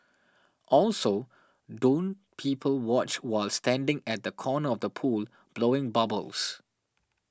also don't people watch while standing at the corner of the pool blowing bubbles